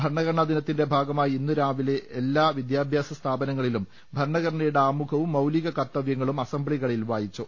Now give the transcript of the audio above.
ഭരണഘടനാ ദിനത്തിന്റെ ഭാഗമായി ഇന്നുരാവിലെ എല്ലാ വിദ്യാഭ്യാസ സ്ഥാപനങ്ങളിലും ഭരണഘടനയുടെ ആമുഖവും മൌലിക കർത്തവൃങ്ങളും അസംബ്ലികളിൽ വായിച്ചു